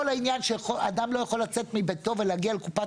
כול העניין שאדם לא יכול לצאת מביתו להגיע לקופת